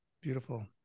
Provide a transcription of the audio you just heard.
Beautiful